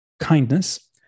kindness